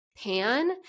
pan